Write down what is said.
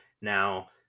Now